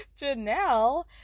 Janelle